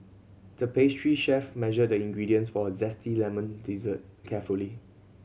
the pastry chef measured the ingredients for a zesty lemon dessert carefully